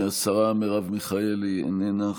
השרה מרב מיכאלי, איננה.